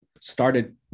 started